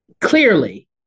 clearly